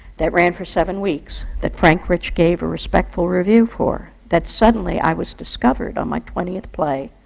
that ran for seven weeks, that frank rich gave a respectful review for, that suddenly i was discovered, on my twentieth play,